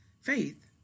faith